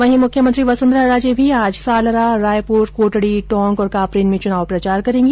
वहीं मुख्यमंत्री वसुंधरा राजे भी आज सालरा रायपुर कोटडी टोंक तथा कापरेन में चुनाव प्रचार करेंगी